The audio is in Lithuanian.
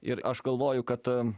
ir aš galvoju kad